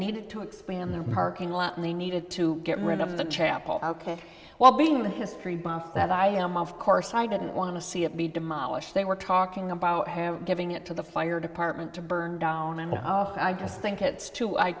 needed to expand their parking lot and they needed to get rid of the chapel ok well being the history buff that i am of course i didn't want to see it be demolished they were talking about have giving it to the fire department to burn down and i just think it's too i